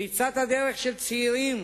פריצת הדרך של צעירים